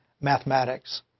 mathematics